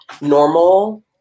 normal